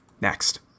Next